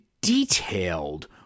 detailed